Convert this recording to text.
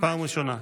פעם ראשונה.